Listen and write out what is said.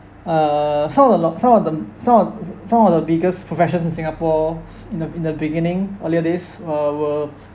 uh some of the long some of the some of s~ some of the biggest professions in Singapore's in in the beginning earlier this were were